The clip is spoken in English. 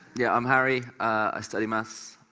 yeah, i'm harry. i study maths.